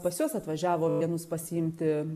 pas juos atvažiavo vienus pasiimti